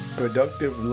productive